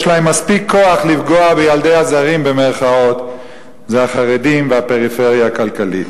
יש להם מספיק כוח לפגוע בילדי "הזרים" זה החרדים והפריפריה הכלכלית.